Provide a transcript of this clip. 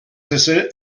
sessel